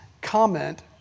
comment